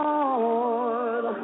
Lord